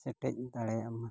ᱥᱮᱴᱮᱡ ᱫᱟᱲᱮᱭᱟᱜ ᱢᱟ